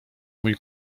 mój